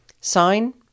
Sign